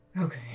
Okay